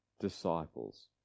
disciples